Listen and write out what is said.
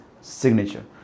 signature